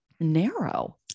narrow